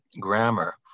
grammar